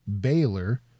Baylor